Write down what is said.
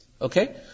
Okay